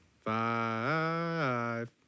Five